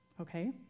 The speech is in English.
okay